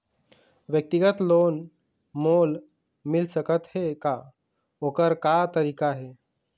व्यक्तिगत लोन मोल मिल सकत हे का, ओकर का तरीका हे?